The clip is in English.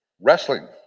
wrestling